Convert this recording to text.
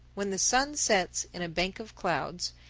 when the sun sets in a bank of clouds,